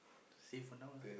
say for now lah